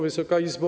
Wysoka Izbo!